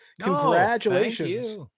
congratulations